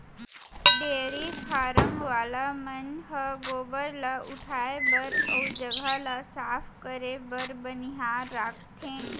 dairy farm वाला मन ह गोबर ल उठाए बर अउ जघा ल साफ करे बर बनिहार राखथें